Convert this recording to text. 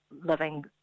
living